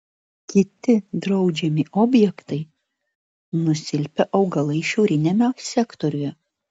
kiti draudžiami objektai nusilpę augalai šiauriniame sektoriuje